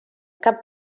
cap